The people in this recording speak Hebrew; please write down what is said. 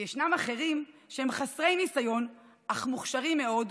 יש אחרים שהם חסרי ניסיון אך מוכשרים מאוד,